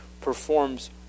performs